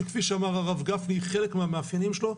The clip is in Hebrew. שכפי שאמר הרב גפני היא חלק מהמאפיינים שלו,